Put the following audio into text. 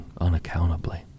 unaccountably